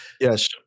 Yes